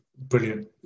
Brilliant